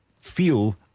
feel